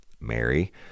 Mary